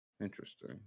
interesting